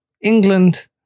England